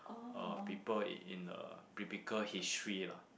uh people in the biblical history lah